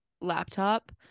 laptop